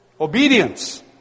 Obedience